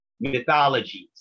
mythologies